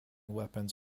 weapons